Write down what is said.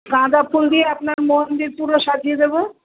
গাঁদা ফুল দিয়ে আপনার মন্দির পুরো সাজিয়ে দেবো